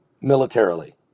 militarily